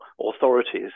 authorities